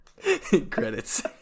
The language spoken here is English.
Credits